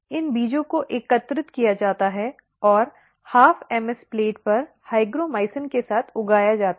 इन बीजों को एकत्रित किया जाता है और 12 MS प्लेट पर हीग्रोमाइसिन के साथ उगाया जाता है